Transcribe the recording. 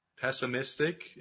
pessimistic